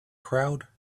crowd